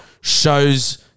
shows